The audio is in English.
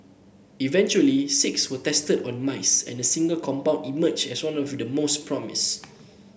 eventually six were tested on mice and a single compound emerged as the one with the most promise